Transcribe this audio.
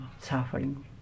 suffering